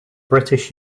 british